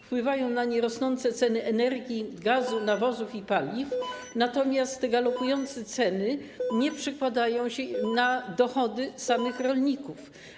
Wpływają na nie rosnące ceny energii, gazu, nawozów i paliw, natomiast galopujące ceny nie przekładają się na dochody rolników.